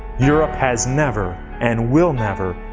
europe has never, and will never,